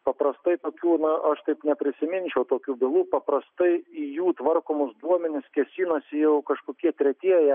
paprastai tokių naaš taip neprisiminčiau tokių bylų paprastai į jų tvarkomus duomenis kėsinosi jau kažkokie tretieji